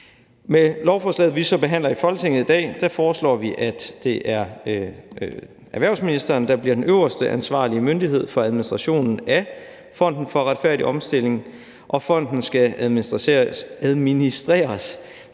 Med lovforslaget, vi så behandler i Folketinget i dag, foreslår vi, at det er erhvervsministeren, der bliver den øverste ansvarlige myndighed for administrationen af Fonden for Retfærdig Omstilling, og fonden skal administreres